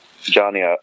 johnny